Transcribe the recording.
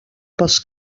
pels